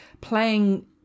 playing